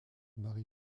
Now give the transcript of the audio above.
marie